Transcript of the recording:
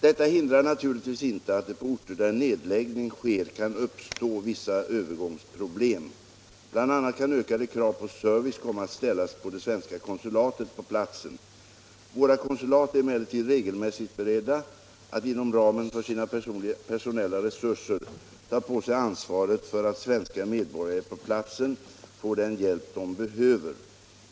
Detta hindrar naturligtvis inte att det på orter där nedläggning sker kan uppstå vissa övergångsproblem. BI. a. kan ökade krav på service komma att ställas på det svenska konsulatet på platsen. Våra konsulat är emellertid regelmässigt beredda att, inom ramen för sina personella resurser, ta på sig ansvaret för att svenska medborgare på platsen får den hjälp de behöver.